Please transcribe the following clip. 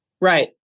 Right